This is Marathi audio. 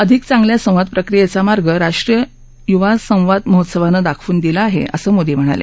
अधिक चांगल्या संवाद प्रक्रियेचा मार्ग राष्ट्रीय युवा संवाद महोत्सवानं दाखवून दिला आहे असं मोदी म्हणाले